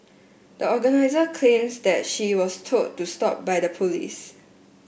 the organiser claims that she was told to stop by the police